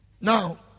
now